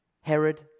Herod